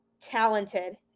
talented